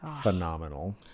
phenomenal